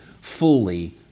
fully